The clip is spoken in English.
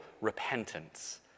repentance